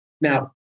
now